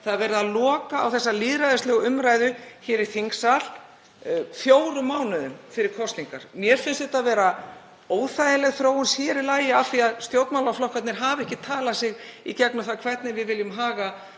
er verið að loka á lýðræðislega umræðu hér í þingsal fjórum mánuðum fyrir kosningar. Mér finnst þetta vera óþægileg þróun, sér í lagi af því að stjórnmálaflokkarnir hafa ekki talað sig í gegnum það hvernig þeir vilja haga